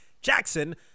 Jackson